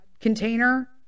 container